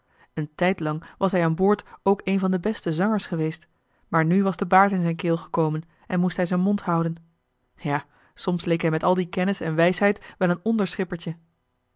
een tijd lang was hij aan boord ook een van de beste zangers geweest maar nu was joh h been paddeltje de scheepsjongen van michiel de ruijter de baard in z'n keel gekomen en moest hij z'n mond houden ja soms leek hij met al die kennis en wijsheid wel een